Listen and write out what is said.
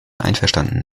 einverstanden